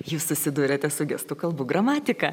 jūs susiduriate su gestų kalbų gramatika